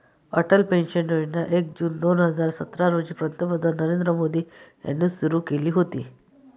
Atal pension योजना एक जून दोन हजार सतरा रोजी पंतप्रधान नरेंद्र मोदी यांनी सुरू केली होती